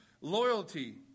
loyalty